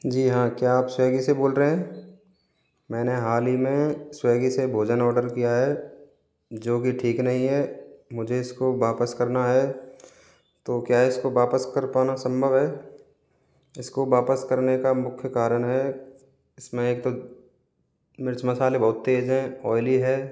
जी हाँ क्या आप स्विग्गी से बोल रहे हैं मैंने हाल ही में स्विग्गी से भोजन ऑर्डर किया है जो की ठीक नहीं है मुझे इसको वापस करना है तो क्या इसको वापस कर पाना संभव है इसको वापस करने का मुख्य कारण है इसमें एक तो मिर्च मसाले बहुत तेज़ हैं ऑयली है